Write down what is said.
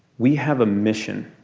we have a mission.